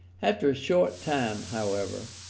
after a short time, however,